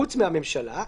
חוץ מהממשלה,